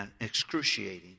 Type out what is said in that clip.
excruciating